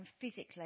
physically